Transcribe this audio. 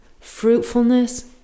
Fruitfulness